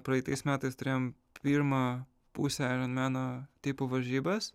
praeitais metais turėjom pirmą pusę aironmeno tipo varžybas